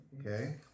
Okay